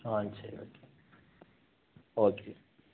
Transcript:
ஆ சரி okay okay